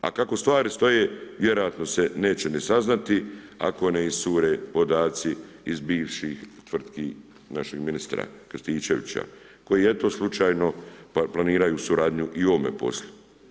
A kako stvari stoje vjerojatno se neće ni saznati ako ne iscure podaci iz bivših tvrtki našeg ministra Krstičevića koji eto slučajno pa planiraju suradnju i u ovome poslu.